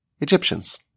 Egyptians